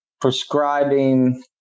prescribing